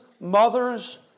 mothers